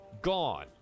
gone